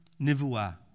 nivua